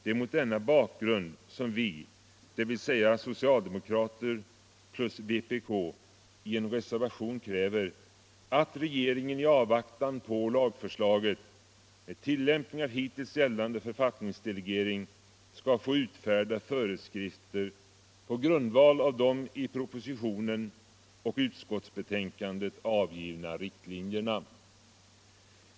Det är mot denna bakgrund som vi, dvs. socialdemokrater och vpk, i reservationen 1 kräver ”att regeringen — i avvaktan på förslag till körkortslag — övergångsvis och med tillämpning av hittills gällande författningsdelegering bör ha att utfärda föreskrifter i ämnet på grundval av de i propositionen och utskottets betänkande angivna riktlinjerna”.